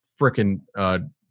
freaking